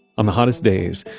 on the hottest days,